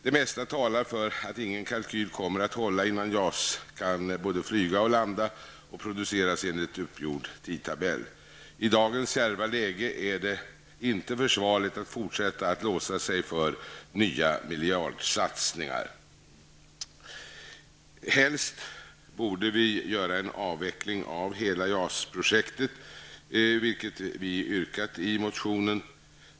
Det mesta talar för att ingen kalkyl kommer att hålla innan JAS-plan kan både flyga och landa och produceras enligt uppgjort tidtabell. I dagens kärva läge är det inte försvarligt att fortsätta att låsa sig för nya miljardsatsningar. Helst borde vi göra en avveckling av hela JAS projektet, vilket vi yrkat i motionen.